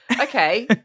Okay